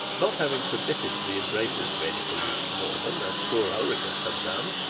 not having submitted to the embraces of any polluting normans, as poor ulrica had done,